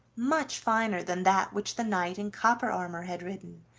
much finer than that which the knight in copper armor had ridden,